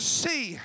see